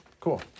cool